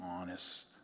honest